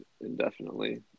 indefinitely